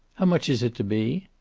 how much is it to be?